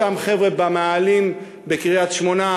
אותם חבר'ה במאהלים בקריית-שמונה,